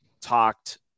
talked